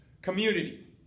community